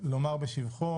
מלומר בשבחו.